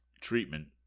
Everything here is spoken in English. treatment